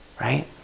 right